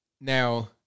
Now